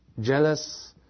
jealous